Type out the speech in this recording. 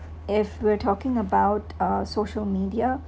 if we're talking about uh social media